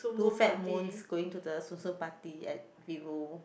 two fat moons going to the Tsum Tsum party at Vivo